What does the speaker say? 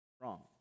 Wrong